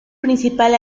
principal